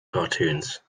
cartoons